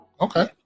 Okay